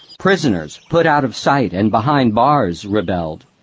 prisoners, put out of sight and behind bars, rebelled.